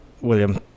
William